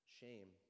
shame